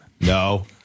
no